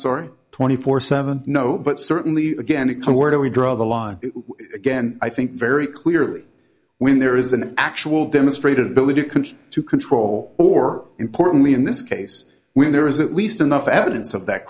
sorry twenty four seven no but certainly again it comes where do we draw the line again i think very clearly when there is an actual demonstrated ability to control or importantly in this case when there is at least enough evidence of that